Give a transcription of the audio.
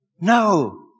No